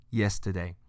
yesterday